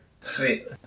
Sweet